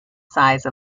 size